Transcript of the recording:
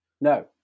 No